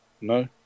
No